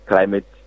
Climate